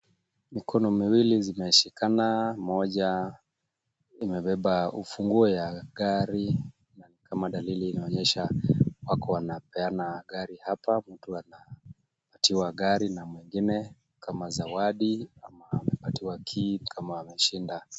Mikono miwili zimeshikana moja imebeba ufunguo ya gari na kama dalili inaonyesha wako wanapeana gari hapa, mtu anapatiwa gari na mwingine kama zawadi ama amepatiwa key kama ameshinda.